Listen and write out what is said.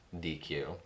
DQ